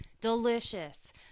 delicious